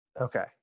okay